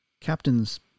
captain's